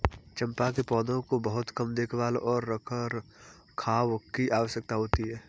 चम्पा के पौधों को बहुत कम देखभाल और रखरखाव की आवश्यकता होती है